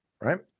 right